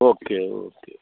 okay okay